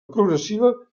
progressiva